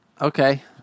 Okay